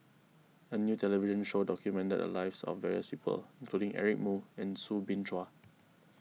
a new television show documented the lives of various people including Eric Moo and Soo Bin Chua